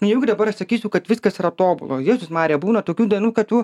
nejaugi dabar aš sakysiu kad viskas yra tobula jėzus marija būna tokių dienų kad tu